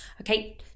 Okay